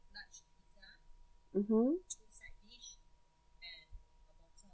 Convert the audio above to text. mmhmm